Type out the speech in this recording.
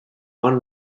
one